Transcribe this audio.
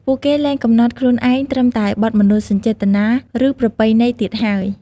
ពួកគេលែងកំណត់ខ្លួនឯងត្រឹមតែបទមនោសញ្ចេតនា ឬប្រពៃណីទៀតហើយ។